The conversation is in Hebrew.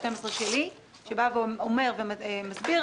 שמסביר באיזה מקרים זה מוצדק.